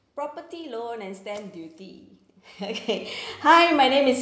property loan and stamp duty okay hi my name is